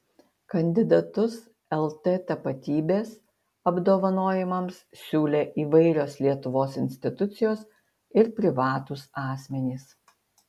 kandidatus lt tapatybės apdovanojimams siūlė įvairios lietuvos institucijos ir privatūs asmenys